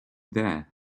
there